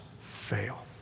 fail